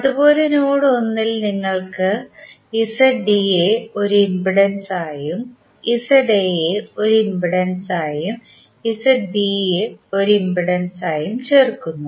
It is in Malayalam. അതുപോലെ നോഡ് 1 ൽ നിങ്ങൾ യെ ഒരു ഇംപെഡൻസായും ഒരു ഇംപെഡൻസായും ഒരു ഇംപെഡൻസായും ചേർക്കുന്നു